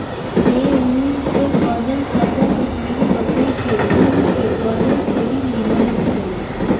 ए ऊन से बनल कपड़ा कश्मीरी बकरी के ऊन के बनल से भी निमन होखेला